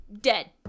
dead